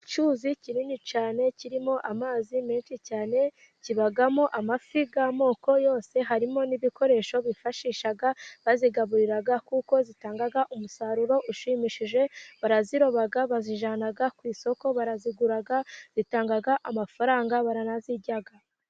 Icyuzi kinini cyane kirimo amazi menshi cyane, kibamo amafi y' amoko yose, harimo n' ibikoresho bifashisha bayagaburira, kuko atanga umusaruro ushimishije, baraziroba bazijyana ku isoko, barazigura, zitanga amafaranga baranazirya.